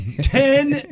Ten